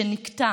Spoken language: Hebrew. שנקטע